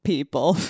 people